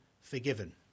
forgiven